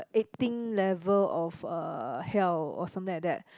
eighteen level of uh hell or something like that